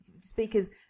speakers